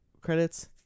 credits